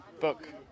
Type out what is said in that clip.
book